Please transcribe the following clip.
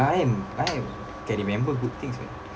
I'm I'm can remember good things man